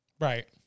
Right